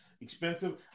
expensive